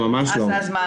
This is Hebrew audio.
ממש לא.